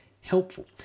helpful